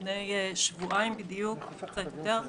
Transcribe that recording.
לפני שבועיים בדיוק או קצת יותר,